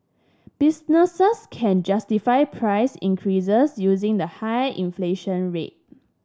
businesses can justify price increases using the high inflation rate